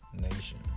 nation